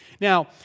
Now